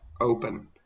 open